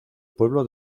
pueblo